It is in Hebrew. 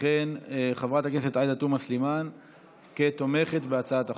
וכן את חברת הכנסת עאידה תומא סלימאן כתומכת בהצעת החוק.